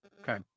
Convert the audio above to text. Okay